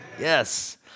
Yes